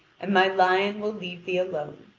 and my lion will leave thee alone.